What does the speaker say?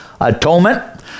atonement